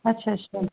ਅੱਛਾ ਅੱਛਾ